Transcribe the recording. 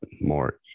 more